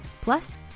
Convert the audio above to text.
Plus